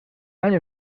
año